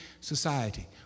society